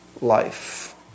life